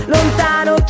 Lontano